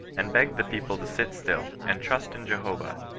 and begged the people to sit still and trust in jehovah,